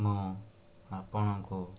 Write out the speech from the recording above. ମୁଁ ଆପଣଙ୍କୁ